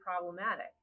problematic